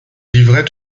livrets